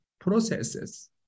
processes